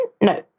No